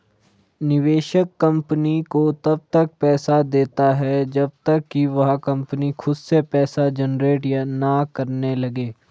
निवेशक कंपनी को तब तक पैसा देता है जब तक कि वह कंपनी खुद से पैसा जनरेट ना करने लगे